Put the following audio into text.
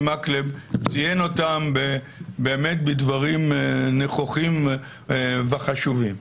מקלב ציין אותם בדברים נכוחים וחשובים.